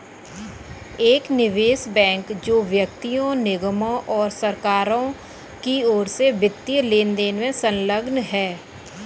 एक निवेश बैंक जो व्यक्तियों निगमों और सरकारों की ओर से वित्तीय लेनदेन में संलग्न है